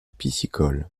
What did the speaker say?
piscicole